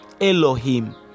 Elohim